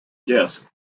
disk